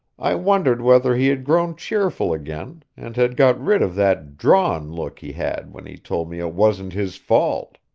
i wondered whether he had grown cheerful again, and had got rid of that drawn look he had when he told me it wasn't his fault.